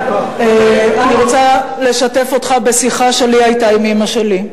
אני רוצה לשתף אותך בשיחה שהיתה לי עם אמא שלי,